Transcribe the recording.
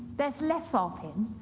there's less of him,